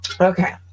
okay